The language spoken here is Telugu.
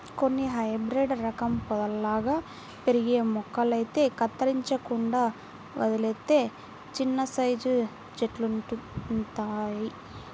కొన్ని హైబ్రేడు రకం పొదల్లాగా పెరిగే మొక్కలైతే కత్తిరించకుండా వదిలేత్తే చిన్నసైజు చెట్టులంతవుతయ్